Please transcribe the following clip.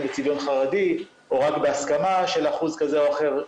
בצביון חרדי או רק בהסכמה של אחוז כזה או אחר.